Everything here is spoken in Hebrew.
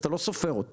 אז אתה לא סופר אותו.